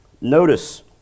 Notice